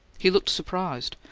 he looked surprised.